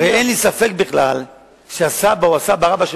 הרי אין לי ספק בכלל שהסבא או הסבא-רבא של